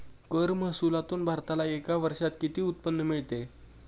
कर महसुलातून भारताला एका वर्षात किती उत्पन्न मिळते?